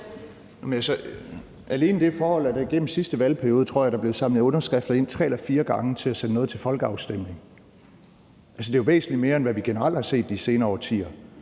alene det forhold, at der igennem den sidste valgperiode, tror jeg, blev samlet underskrifter ind tre eller fire gange til at sende noget til folkeafstemning, gør jo, at det er væsentlig mere, end hvad vi generelt har set i de senere årtier.